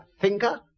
thinker